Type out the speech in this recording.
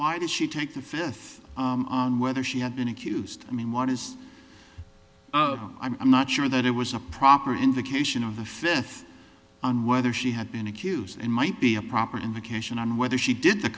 why did she take the fifth on whether she had been accused i mean what is i'm not sure that it was a proper indication of the fifth on whether she had been accused and might be a proper indication on whether she did the